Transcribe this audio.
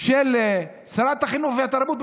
של שרת החינוך והתרבות,